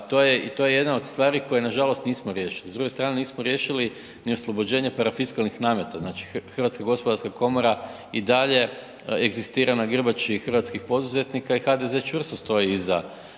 to je jedna od stvari koje nažalost nismo riješili. S druge strane, nismo riješili ni oslobođenje parafiskalnih nameta, znači Hrvatska gospodarska komora i dalje egzistira na grbači hrvatskih poduzetnika i HDZ čvrsto stoji iza HGK-a